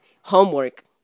homework